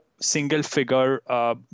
single-figure